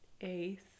eighth